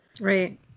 right